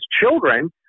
children